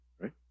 right